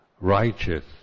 righteous